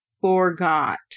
forgot